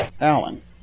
Alan